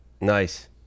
Nice